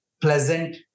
pleasant